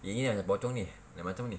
yang ni macam pocong ni like macam ni